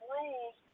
rules